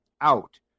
out